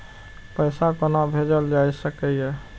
पैसा कोना भैजल जाय सके ये